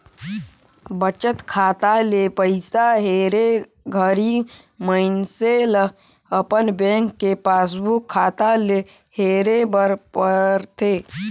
बचत खाता ले पइसा हेरे घरी मइनसे ल अपन बेंक के पासबुक खाता ले हेरे बर परथे